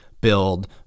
build